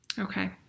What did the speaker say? Okay